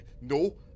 No